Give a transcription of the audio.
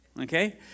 Okay